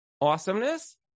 awesomeness